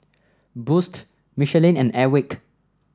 Boost Michelin and Airwick